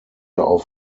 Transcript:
auf